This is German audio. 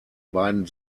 beiden